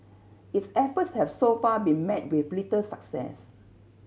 its efforts have so far been met with little success